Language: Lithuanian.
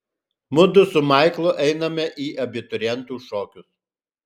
mudu su maiklu einame į abiturientų šokius